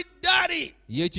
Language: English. Daddy